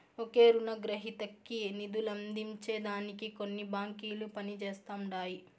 ఒకే రునగ్రహీతకి నిదులందించే దానికి కొన్ని బాంకిలు పనిజేస్తండాయి